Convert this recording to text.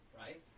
right